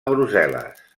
brussel·les